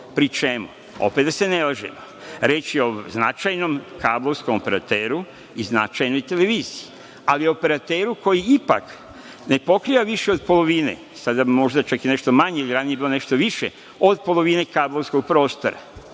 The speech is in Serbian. čemu, opet da se ne lažemo, reč je o značajnom kablovskom operateru i značajnoj televiziji, ali operateru koji ipak ne pokriva više od polovine, sada možda čak i nešto manje, jer ranije je bilo i nešto više od polovine kablovskog prostora. Drugim